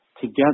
together